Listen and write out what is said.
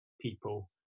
people